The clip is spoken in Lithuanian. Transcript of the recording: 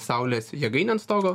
saulės jėgainę ant stogo